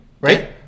Right